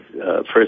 first